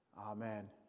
amen